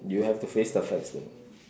you have to face the facts then